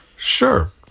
Sure